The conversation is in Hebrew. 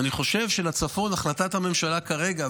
ואני חושב שלצפון החלטת הממשלה כרגע,